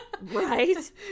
Right